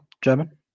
German